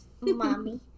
Mommy